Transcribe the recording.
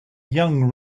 young